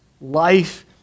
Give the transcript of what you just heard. life